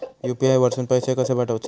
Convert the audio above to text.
UPI वरसून पैसे कसे पाठवचे?